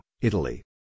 Italy